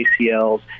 ACLs